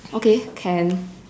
okay can